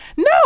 No